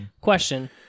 Question